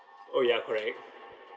oh ya correct